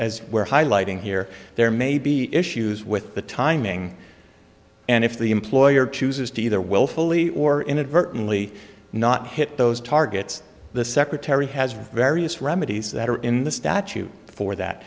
as we're highlighting here there may be issues with the timing and if the employer chooses to either willfully or inadvertently not hit those targets the secretary has various remedies that are in the statute for that